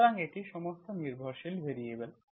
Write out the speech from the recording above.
সুতরাং এটি সমস্ত নির্ভরশীল ভ্যারিয়েবল